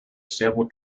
stable